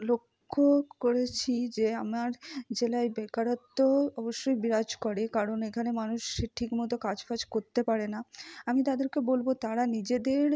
লক্ষ্য করেছি যে আমার জেলায় বেকারত্ব অবশ্যই বিরাজ করে কারণ এখানে মানুষ ঠিকমতো কাজ ফাজ করতে পারে না আমি তাদেরকে বলব তারা নিজেদের